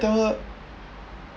tell her